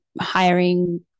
hiring